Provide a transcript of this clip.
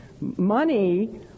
Money